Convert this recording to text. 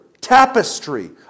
tapestry